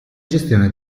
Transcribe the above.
gestione